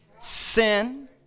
Sin